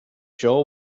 jaw